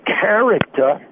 character